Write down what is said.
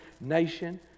nation